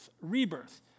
rebirth